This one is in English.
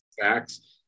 facts